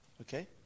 Okay